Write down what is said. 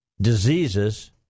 diseases